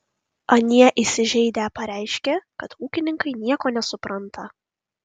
anie įsižeidę pareiškė kad ūkininkai nieko nesupranta